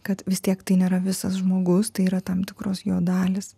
kad vis tiek tai nėra visas žmogus tai yra tam tikros jo dalys